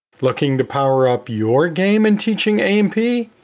looking to power up your game in teaching a and p?